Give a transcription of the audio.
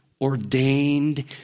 ordained